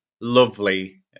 lovely